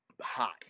hot